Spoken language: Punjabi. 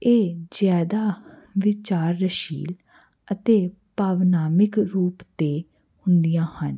ਇਹ ਜ਼ਿਆਦਾ ਵਿਚਾਰਸ਼ੀਲ ਅਤੇ ਭਾਵਨਾਤਮਕ ਰੂਪ 'ਤੇ ਹੁੰਦੀਆਂ ਹਨ